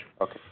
Okay